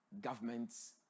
governments